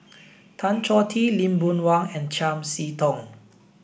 Tan Choh Tee Lee Boon Wang and Chiam See Tong